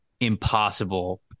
impossible